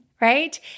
right